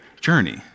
journey